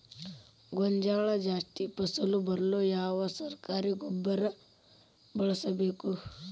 ಗೋಂಜಾಳ ಜಾಸ್ತಿ ಫಸಲು ಬರಲು ಯಾವ ಸರಕಾರಿ ಗೊಬ್ಬರ ಬಳಸಬೇಕು?